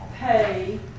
pay